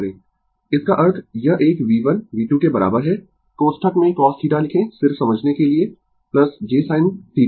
Refer Slide Time 2558 उसका अर्थ यह एक V1V2 के बराबर है कोष्ठक में cosθ लिखें सिर्फ समझने के लिए j sin θ1θ2